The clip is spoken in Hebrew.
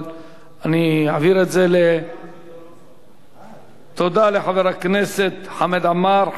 אבל אני אעביר את זה תודה לחבר הכנסת חמד עמאר.